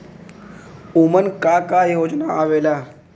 उमन का का योजना आवेला?